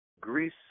Greece